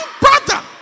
brother